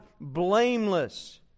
blameless